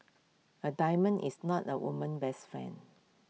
A diamond is not the woman's best friend